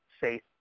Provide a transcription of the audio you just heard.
safe